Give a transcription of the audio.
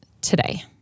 today